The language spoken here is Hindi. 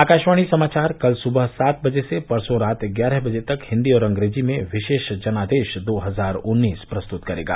आकाशवाणी समाचार कल सुबह सात बजे से परसों रात ग्यारह बजे तक हिंदी और अंग्रेजी में विशेष जनादेश दो हजार उन्नीस प्रस्तुत करेगा